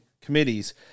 committees